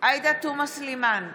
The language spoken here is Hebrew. עאידה תומא סלימאן,